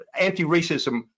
anti-racism